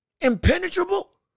impenetrable